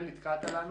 ---.